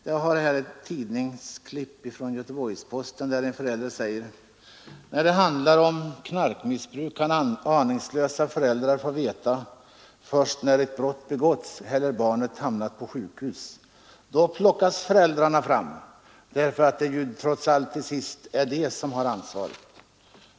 Jag har här ett klipp ur Göteborgs-Posten, där en förälder säger: När det handlar om knarkmissbruk kan aningslösa föräldrar få veta först när ett brott begåtts eller barnet hamnat på sjukhus. Då plockas föräldrarna fram därför att det ju trots allt till sist är de som har ansvaret.